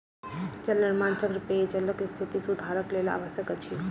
जल निर्माण चक्र पेयजलक स्थिति सुधारक लेल आवश्यक अछि